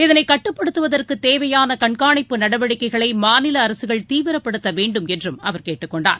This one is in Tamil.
இதனைகட்டுப்படுத்துவதற்குதேவையானகண்காணிப்பு நடவடிக்கைளைமாநிலஅரசுகள் தீவிரப்படுத்தவேண்டும் என்றும் அவர் கேட்டுக்கொண்டார்